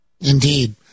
Indeed